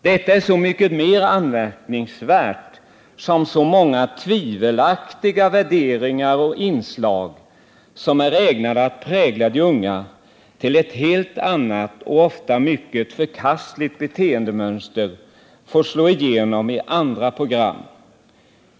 Detta är så mycket mera anmärkningsvärt som så många tvivelaktiga värderingar och inslag som är ägnade att prägla de unga till ett helt annat och ofta mycket förkastligt beteendemönster får slå igenom i andra program.